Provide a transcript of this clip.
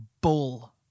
bull